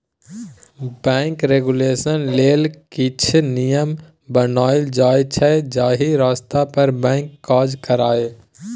bank regulation लेल किछ नियम बनाएल जाइ छै जाहि रस्ता पर बैंक काज करय